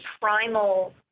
primal